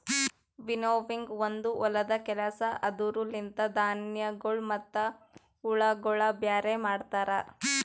winnowing ಒಂದು ಹೊಲದ ಕೆಲಸ ಅದುರ ಲಿಂತ ಧಾನ್ಯಗಳು ಮತ್ತ ಹುಳಗೊಳ ಬ್ಯಾರೆ ಮಾಡ್ತರ